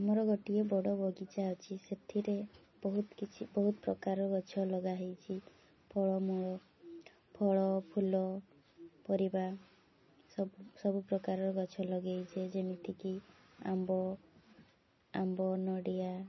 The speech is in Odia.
ଆମର ଗୋଟିଏ ବଡ଼ ବଗିଚା ଅଛି ସେଥିରେ ବହୁତ କିଛି ବହୁତ ପ୍ରକାର ଗଛ ଲଗାହେଇଛି ଫଳମୂଳ ଫଳ ଫୁଲ ପରିବା ସବୁ ସବୁ ପ୍ରକାରର ଗଛ ଲଗେଇଛେ ଯେମିତିକି ଆମ୍ବ ଆମ୍ବ ନଡ଼ିଆ